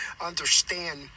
understand